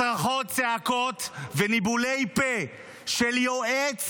צרחות, צעקות וניבולי פה של יועץ